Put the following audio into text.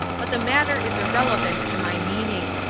but the matter is irrelevant to my meaning.